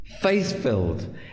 faith-filled